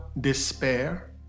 despair